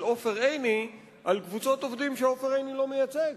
עופר עיני על קבוצות עובדים שעופר עיני לא מייצג,